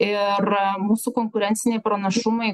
ir mūsų konkurenciniai pranašumai